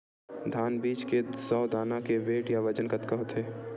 धान बीज के सौ दाना के वेट या बजन कतके होथे?